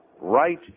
right